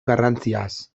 garrantziaz